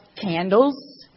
candles